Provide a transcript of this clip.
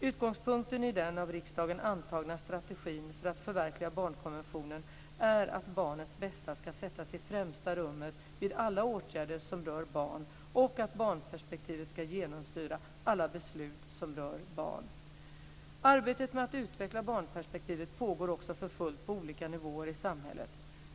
Utgångspunkten i den av riksdagen antagna strategin för att förverkliga barnkonventionen är att barnets bästa ska sättas i främsta rummet vid alla åtgärder som rör barn och att barnperspektivet ska genomsyra alla beslut som rör barn. Arbetet med att utveckla barnperspektivet pågår också för fullt på olika nivåer i samhället.